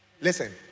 Listen